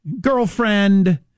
Girlfriend